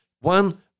One